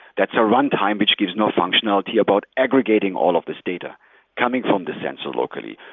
that's a runtime which gives no functionality about aggregating all of these data coming from the sensor locally,